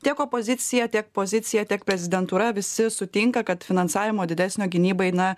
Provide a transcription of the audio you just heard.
tiek opozicija tiek pozicija tiek prezidentūra visi sutinka kad finansavimo didesnio gynybai na